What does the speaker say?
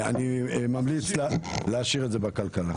אני ממליץ להשאיר את זה בוועדת הכלכלה.